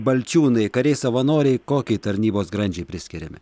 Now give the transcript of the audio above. balčiūnai kariai savanoriai kokiai tarnybos grandžiai priskiriami